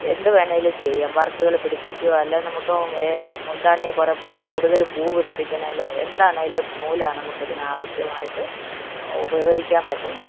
എന്ത് വേണമെങ്കിലും ചെയ്യാം വർക്കുകൾ പിടിപ്പിക്കുകയോ അല്ലെങ്കിൽ നമുക്ക് ഏ മുന്താണി കുറേ പൂവ് കൂടുതൽ പൂവ് പിടിപ്പിക്കണമെങ്കിലോ എന്ത് ആണെങ്കിലും നൂലാണ് നമുക്ക് ഇതിന് ആവശ്യമായിട്ട് ഉപകരിക്കാൻ പറ്റുന്നത്